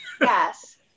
Yes